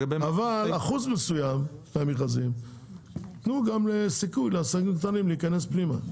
אבל באחוז מסוים מהמכרזים תנו גם סיכוי לעסקים קטנים להיכנס פנימה.